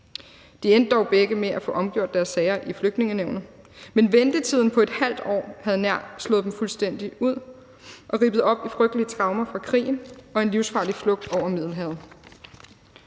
De endte dog begge med at få omgjort deres sager i Flygtningenævnet, men ventetiden på et halvt år havde nær slået dem fuldstændig ud og rippet op i frygtelige traumer fra krigen og en livsfarlig flugt over Middelhavet.